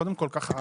קודם כל להציג.